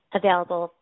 available